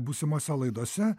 būsimose laidose